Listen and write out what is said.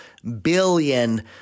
billion